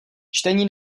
čtení